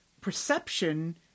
perception